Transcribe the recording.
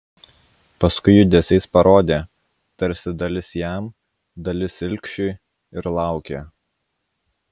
paskui judesiais parodė tarsi dalis jam dalis ilgšiui ir laukė